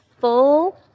full